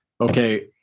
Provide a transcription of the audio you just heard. okay